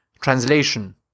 Translation